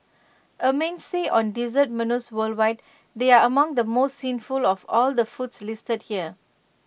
A mainstay on dessert menus worldwide they are among the most sinful of all the foods listed here